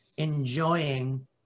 enjoying